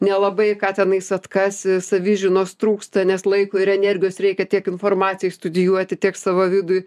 nelabai ką tenais atkasi savižinos trūksta nes laiko ir energijos reikia tiek informacijai studijuoti tiek savo vidui